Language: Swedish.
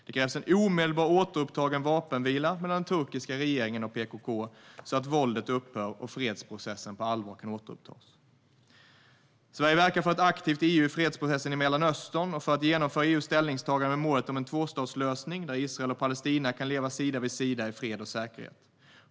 Det krävs en omedelbart återupptagen vapenvila mellan den turkiska regeringen och PKK så att våldet upphör och fredsprocessen på allvar kan återupptas. Sverige verkar för ett aktivt EU i fredsprocessen i Mellanöstern och för att genomföra EU:s ställningstaganden med målet om en tvåstatslösning där Israel och Palestina kan leva sida vid sida i fred och säkerhet.